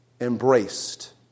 embraced